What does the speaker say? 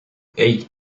hey